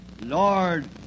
Lord